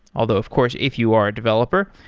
although of course if you are a developer,